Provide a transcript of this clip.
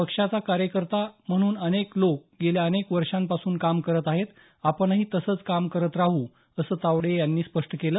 पक्षाचा कार्यकर्ता म्हणून अनेक लोक गेल्या अनेक वर्षांपासून काम करत आहेत आपणही तसंच काम करत राहू असं तावडे यांनी स्पष्ट केलं